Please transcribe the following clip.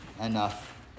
enough